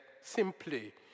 simply